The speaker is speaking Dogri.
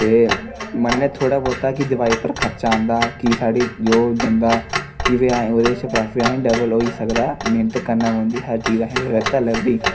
ते मन्नने थोह्ड़ा बोह्ता कि दवाई पर खर्चा आंदा कि साढ़ी जो जंदा कि भाई हां ओह्दे च प्राफिट असें डबल होई सकदा मेह्नत करनी पौंदी हर चीज़ लभदी